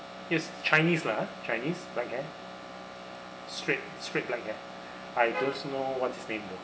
he's chinese lah ah chinese black hair straight straight black hair I don't know what's his name though